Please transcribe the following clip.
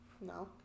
No